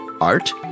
art